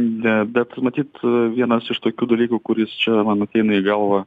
ne bet matyt a vienas iš tokių dalykų kuris čia man ateina į galvą